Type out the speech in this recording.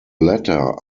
latter